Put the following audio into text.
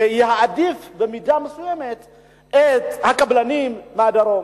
להכניס למכרז סעיף שיעדיף במידה מסוימת את הקבלנים מהדרום.